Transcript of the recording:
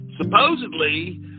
supposedly